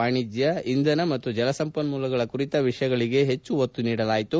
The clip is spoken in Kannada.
ವಾಣಿಜ್ಯ ಇಂಧನ ಮತ್ತು ಜಲಸಂಪನ್ಮೂಲಗಳ ಕುರಿತ ವಿಷಯಗಳಿಗೆ ಹೆಚ್ಚು ಒತ್ತು ನೀಡಲಾಯಿತು